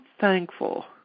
thankful